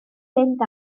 fynd